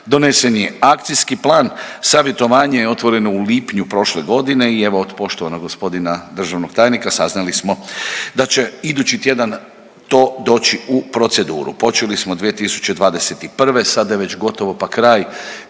Donesen je akcijski plan, savjetovanje je otvoreno u lipnju prošle godine i evo, od poštovanog g. državnog tajnika saznali smo da će idući tjedan to doći u proceduru. Počeli smo 2021., sada je već gotovo pa kraj